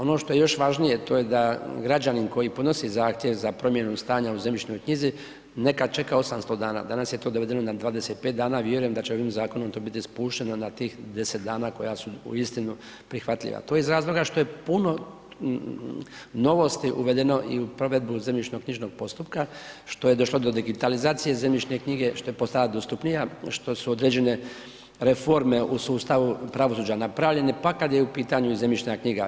Ono što je još važnije, to je da građanin koji podnosi zahtjev za promjenu stanja u zemljišnoj knjizi nekad čeka 800 dana, danas je to svedeno na 25 dana, vjerujem da će ovim zakonom to biti spušteno na tih 10 dana koja su uistinu prihvatljiva, to iz razloga što je puno novosti uvedeno i u provedbu zemljišnoknjižnog postupka, što je došlo do digitalizacije zemljišne knjige, što je postala dostupnija, što su određene reforme u sustavu pravosuđa napravljene, pa kad je u pitanju i zemljišna knjiga.